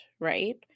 right